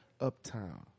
uptown